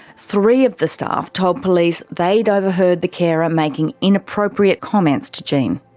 three of the staff told police they'd overheard the carer making inappropriate comments to jenny.